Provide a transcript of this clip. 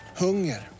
hunger